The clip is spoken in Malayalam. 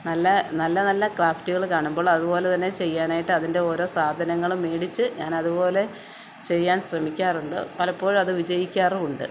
നല്ല നല്ല നല്ല ക്രാഫ്റ്റുകള് കാണുമ്പോൾ അതുപോലെതന്നെ ചെയ്യാനായിട്ട് അതിന്റെ ഓരോ സാധനങ്ങളും മേടിച്ച് ഞാനതുപോലെ ചെയ്യാൻ ശ്രമിക്കാറുണ്ട് പലപ്പോഴും അത് വിജയിക്കാറുമുണ്ട്